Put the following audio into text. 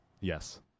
Yes